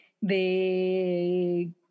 de